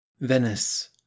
venice